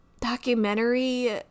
documentary